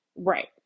Right